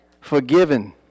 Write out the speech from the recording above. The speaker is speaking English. Forgiven